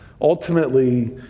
ultimately